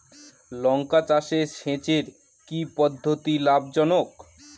লঙ্কা চাষে সেচের কি পদ্ধতি লাভ জনক?